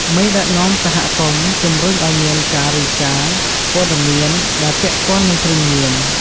មេដឹកនាំសហគមន៍ជំរុញឱ្យមានការរាយការណ៍ព័ត៌មាន ដែលពាក់ព័ន្ធនិងគ្រឿងញៀន។